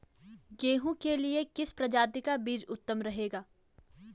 गेहूँ के लिए किस प्रजाति का बीज उत्तम रहेगा?